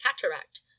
cataract